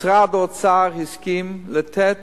משרד האוצר הסכים לתת